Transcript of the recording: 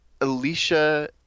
Alicia